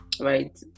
right